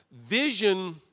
Vision